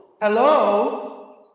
Hello